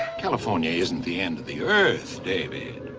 california isn't the end of the earth, david.